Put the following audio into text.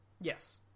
Yes